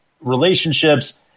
relationships